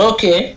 Okay